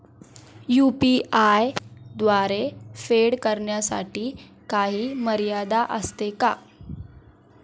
UPI द्वारे फेड करण्यासाठी काही मर्यादा असते का?